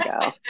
go